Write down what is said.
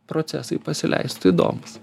procesai pasileistų įdomūs